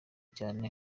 cyane